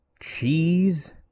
Cheese